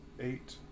eight